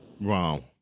Wow